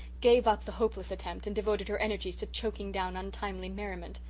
gave up the hopeless attempt, and devoted her energies to choking down untimely merriment.